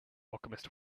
alchemist